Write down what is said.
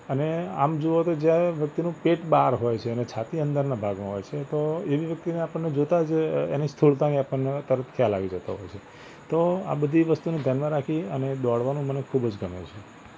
અને આમ જુઓ તો જયારે વ્યક્તિનું પેટ બહાર હોય છે અને છાતી અંદરના ભાગમાં હોય છે તો એવી વ્યક્તિને આપણને જોતાં જ એની સ્થૂળતાની આપણને તરત ખ્યાલ આવી જતો હોય છે તો આ બધી વસ્તુને ધ્યાનમાં રાખી અને દોડવાનું મને ખૂબ જ ગમે છે